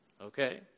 okay